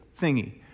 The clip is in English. thingy